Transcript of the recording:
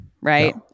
right